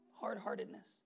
hard-heartedness